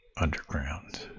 underground